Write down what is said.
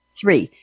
three